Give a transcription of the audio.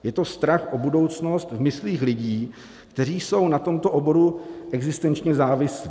Je to strach o budoucnost v myslích lidí, kteří jsou na tomto oboru existenčně závislí.